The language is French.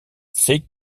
sait